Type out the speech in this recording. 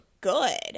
good